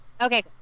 Okay